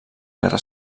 guerra